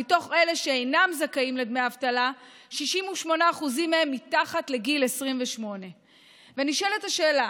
מתוך אלה שאינם זכאים לדמי אבטלה 68% מתחת לגיל 28. ונשאלת השאלה: